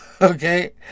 okay